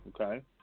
okay